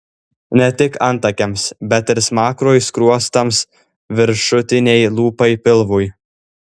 ne tik antakiams bet ir smakrui skruostams viršutinei lūpai pilvui